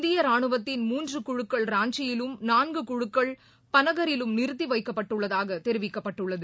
இந்தியராணுவத்தின் மூன்றுகுழுக்கள் ராஞ்சியிலும் நான்குகுழுக்கள் பனகரிலும் நிறுத்திவைக்கப்பட்டுள்ளதாகதெரிவிக்கப்பட்டுள்ளது